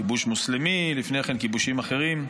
כיבוש מוסלמי ולפני כן היו כיבושים אחרים.